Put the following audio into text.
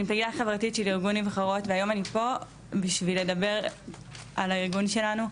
אני פעילה חברתית של ארגון נבחרות ואני פה בשביל לדבר על הארגון שלנו.